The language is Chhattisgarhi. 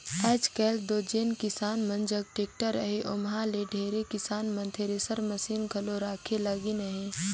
आएज काएल दो जेन किसान मन जग टेक्टर अहे ओमहा ले ढेरे किसान मन थेरेसर मसीन घलो रखे लगिन अहे